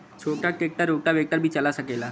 छोटा tractor rotavator भी चला सकेला?